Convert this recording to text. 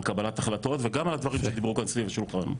על קבלת החלטות וגם על הדברים שדיברו כאן סביב השולחן.